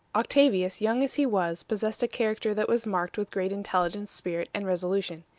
octavius, young as he was, possessed a character that was marked with great intelligence, spirit, and resolution.